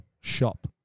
shop